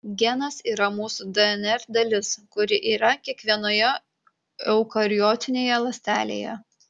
genas yra mūsų dnr dalis kuri yra kiekvienoje eukariotinėje ląstelėje